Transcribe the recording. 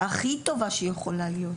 הכי טובה שיכולה להיות.